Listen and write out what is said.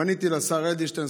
פניתי לשר אדלשטיין,